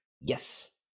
Yes